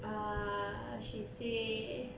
ah she say